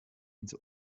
ins